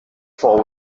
fou